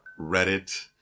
Reddit